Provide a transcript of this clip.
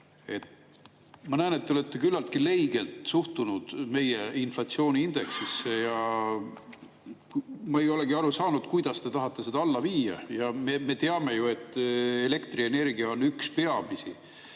Ma näen, et te olete küllaltki leigelt suhtunud meie inflatsiooniindeksisse. Ma ei ole kuidagi aru saanud, kuidas te tahate seda alla viia. Me teame ju, et elektrienergia on üks peamisi